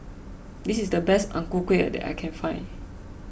this is the best Ang Ku Kueh that I can find